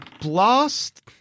Blast